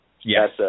Yes